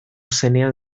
zenean